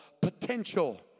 potential